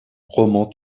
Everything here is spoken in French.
roman